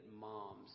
moms